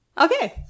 Okay